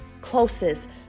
closest